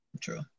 true